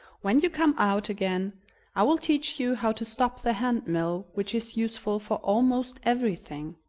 when you come out again i will teach you how to stop the hand-mill, which is useful for almost everything.